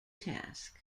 task